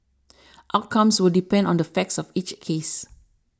outcomes will depend on the facts of each case